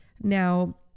Now